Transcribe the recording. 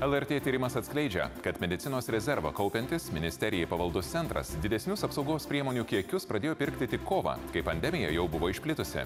lrt tyrimas atskleidžia kad medicinos rezervą kaupiantis ministerijai pavaldus centras didesnius apsaugos priemonių kiekius pradėjo pirkti tik kovą kai pandemija jau buvo išplitusi